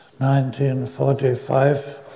1945